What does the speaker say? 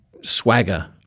swagger